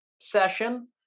session